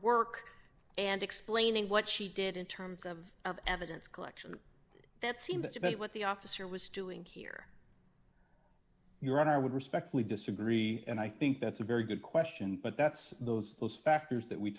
work and explaining what she did in terms of evidence collection that seems to fit what the officer was doing here your honor i would respectfully disagree and i think that's a very good question but that's those those factors that we